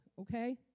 okay